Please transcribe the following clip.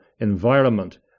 environment